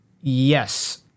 Yes